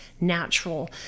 natural